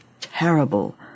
terrible